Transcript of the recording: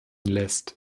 lässt